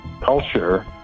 culture